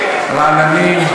רעננים,